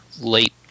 late